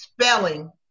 spelling